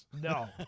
No